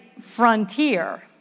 Frontier